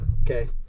Okay